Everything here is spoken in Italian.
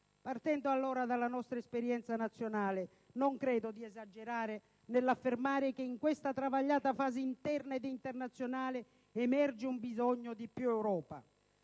Partendo allora dalla nostra esperienza nazionale, non credo di esagerare nell'affermare che in questa travagliata fase interna ed internazionale emerge un bisogno di più Europa.